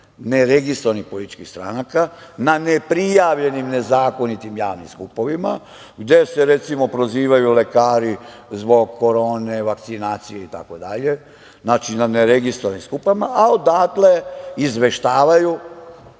neregistrovanih političkih stranaka na neprijavljenim i nezakonitim javnim skupovima, gde se, recimo, prozivaju lekari zbog korone, vakcinacije itd, znači na neregistrovanim skupovima, a odatle izveštavaju,